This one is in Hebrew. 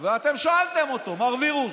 ואתם שאלתם אותו: מר וירוס,